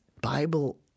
bible